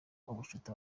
ubucuti